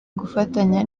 gufatanya